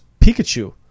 Pikachu